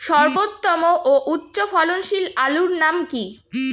সর্বোত্তম ও উচ্চ ফলনশীল আলুর নাম কি?